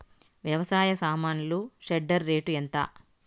వ్యవసాయ సామాన్లు shredder rate ఎంత?